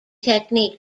technique